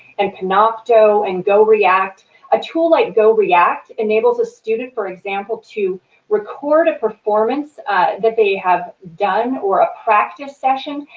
and panopto, and goreact. a tool like goreact enables a student, for example, to record a performance that they have done or a practice session,